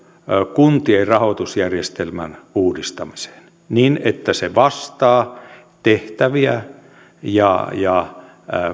kuntien rahoitusjärjestelmän uudistamiseen niin että se vastaa tehtäviä ja ja